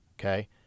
okay